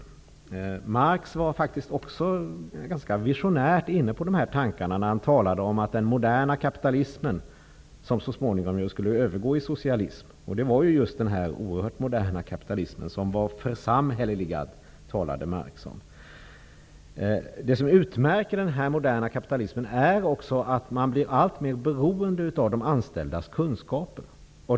Också Marx var, faktiskt ganska visionärt, inne på dessa tankar när han talade om den moderna kapitalismen som så småningom skulle övergå i socialism. Marx talade varmt om denna oerhört moderna ''församhälleligade'' kapitalism. Något som utmärker denna moderna kapitalism är bl.a. att man blir alltmer beroende av de anställdas kunskaper.